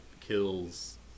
kills